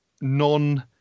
non-